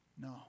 No